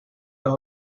los